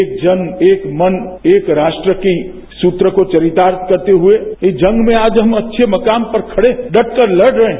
एक जन एक मन एक राष्ट्र के सूत्र को चरितार्थ करते हुए इस जंग में आज हम अच्छे मकाम पर खड़े हैं डटकर तड़ रहे हैं